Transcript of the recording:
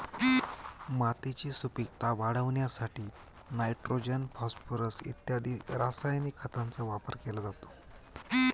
मातीची सुपीकता वाढवण्यासाठी नायट्रोजन, फॉस्फोरस इत्यादी रासायनिक खतांचा वापर केला जातो